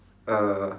uh